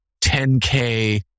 10K